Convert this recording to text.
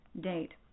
date